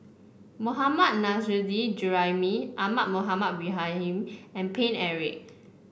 Mohammad Nurrasyid Juraimi Ahmad Mohamed Ibrahim and Paine Eric